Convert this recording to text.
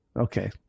okay